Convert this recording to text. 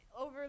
over